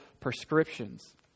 prescriptions